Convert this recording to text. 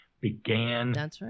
began